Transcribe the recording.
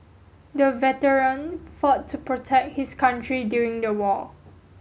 the veteran fought to protect his country during the war